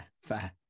Fair